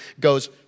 Goes